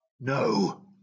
No